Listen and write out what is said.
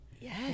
Yes